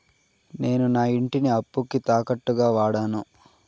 నేను నా ఇంటిని అప్పుకి తాకట్టుగా వాడాను